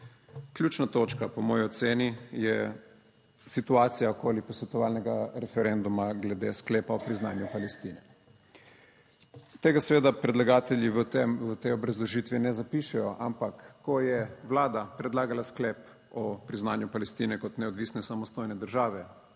Ključna točka, po moji oceni, je situacija okoli posvetovalnega referenduma glede Sklepa o priznanju Palestine. Tega seveda predlagatelji v tej obrazložitvi ne zapišejo, ampak ko je Vlada predlagala Sklep o priznanju Palestine kot neodvisne in samostojne države